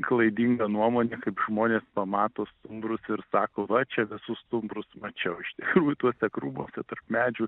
klaidinga nuomonė kaip žmonės pamato stumbrus ir sako va čia visus stumbrus mačiau iš tikrųjų tuose krūmuose tarp medžių